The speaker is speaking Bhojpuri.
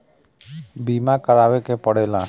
बीमा करावे के पड़ेला